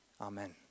amen